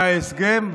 מההסכם,